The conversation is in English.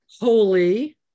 holy